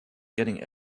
getting